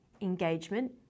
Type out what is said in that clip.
engagement